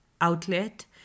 outlet